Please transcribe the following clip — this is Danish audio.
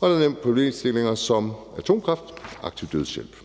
og der nævnes, at det kan være problemstillinger som atomkraft og aktiv dødshjælp.